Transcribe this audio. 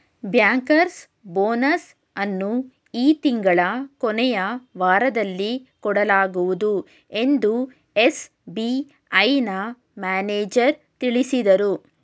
bankers bonus ಅನ್ನು ಈ ತಿಂಗಳ ಕೊನೆಯ ವಾರದಲ್ಲಿ ಕೊಡಲಾಗುವುದು ಎಂದು ಎಸ್.ಬಿ.ಐನ ಮ್ಯಾನೇಜರ್ ತಿಳಿಸಿದರು